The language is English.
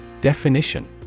Definition